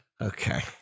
Okay